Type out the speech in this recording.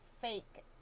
fake